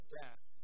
death